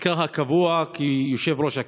בתפקידך הקבוע כיושב-ראש הכנסת.